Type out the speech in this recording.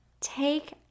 take